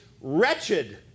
wretched